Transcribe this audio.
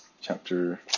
chapter